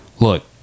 look